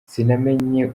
sinamenya